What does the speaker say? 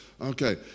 okay